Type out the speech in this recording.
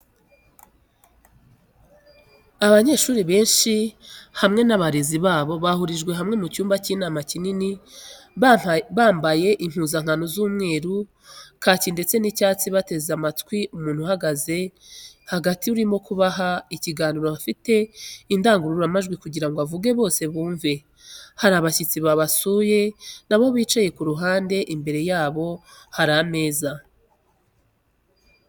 Abanyeshuri benshi hamwe n'abarezi babo bahurijwe hamwe mu cyumba cy'inama kinini bambaye impuzankano z'umweru, kaki ndetse n'icyatsi bateze amatwi umuntu uhagazemo hagati urimo kubaha ikiganiro afite indangururamajwi kugirango avuge bose bumve , hari abashyitsi babasuye nabo bicaye ku ruhande imbere yabo hari ameza.